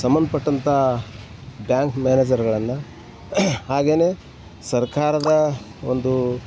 ಸಂಬಂಧಪಟ್ಟಂಥ ಬ್ಯಾಂಕ್ ಮ್ಯಾನೇಜರ್ಗಳನ್ನು ಹಾಗೇ ಸರ್ಕಾರದ ಒಂದು